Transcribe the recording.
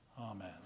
Amen